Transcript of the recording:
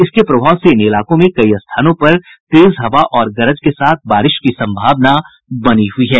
इसके प्रभाव से इन इलाकों में कई स्थानों पर तेज हवा और गरज के साथ बारिश की संभावना बनी हुई है